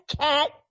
cat